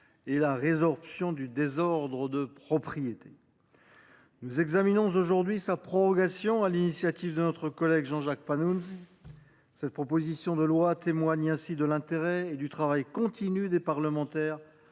et la résorption du désordre de propriété. Nous examinons aujourd’hui sa prorogation, sur l’initiative de notre collègue Jean Jacques Panunzi. Cette proposition de loi témoigne ainsi de l’intérêt et du travail continus des parlementaires